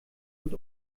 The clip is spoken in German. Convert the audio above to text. und